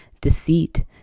deceit